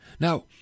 Now